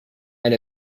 and